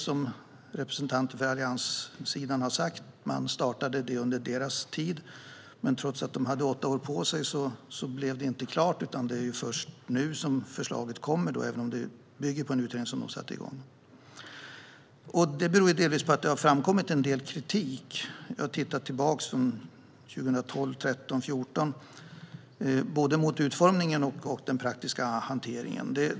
Som representanter för Alliansen har sagt startade detta under deras regeringstid. Men trots att de hade åtta år på sig blev det inte klart. Det är först nu som förslaget kommer, även om det bygger på en utredning som de tillsatte. Det beror delvis på att det har framkommit en del kritik - jag tittar tillbaka på 2012, 2013 och 2014 - både mot utformningen och mot den praktiska hanteringen.